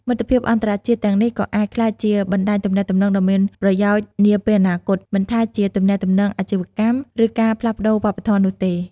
មិត្តភាពអន្តរជាតិទាំងនេះក៏អាចក្លាយជាបណ្ដាញទំនាក់ទំនងដ៏មានប្រយោជន៍នាពេលអនាគត មិនថាជាទំនាក់ទំនងអាជីវកម្ម ឬការផ្លាស់ប្ដូរវប្បធម៌នោះទេ។